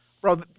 Bro